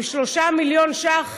עם 3 מיליון שקלים,